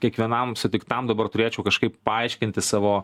kiekvienam sutiktam dabar turėčiau kažkaip paaiškinti savo